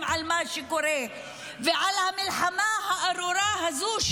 מול מה שקורה ומול המלחמה הארורה הזו,